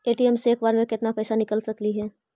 ATM से एक बार मे केत्ना पैसा निकल सकली हे?